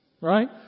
Right